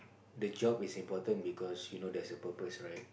the job is important because you know there's a purpose right